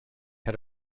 had